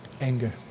anger